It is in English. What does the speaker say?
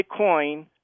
Bitcoin